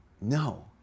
No